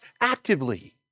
actively